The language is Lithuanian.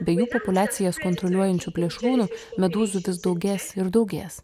be jų populiacijas kontroliuojančių plėšrūnų medūzų vis daugės ir daugės